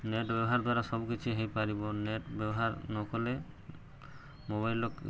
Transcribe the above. net ବ୍ୟବହାର ଦ୍ୱାରା ସବୁ କିିଛି ହେଇପାରିବ ନେଟ୍ ବ୍ୟବହାର ନକଲେ ମୋବାଇଲ